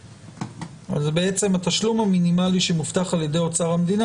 זה בעצם התשלום המינימלי שמובטח על ידי אוצר המדינה,